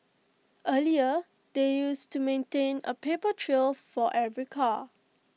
earlier they used to maintain A paper trail for every car